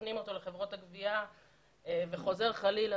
מפנים אותו לחברות הגבייה וחוזר חלילה,